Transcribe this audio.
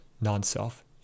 non-self